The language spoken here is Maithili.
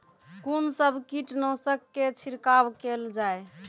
कून सब कीटनासक के छिड़काव केल जाय?